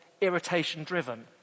irritation-driven